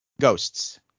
Ghosts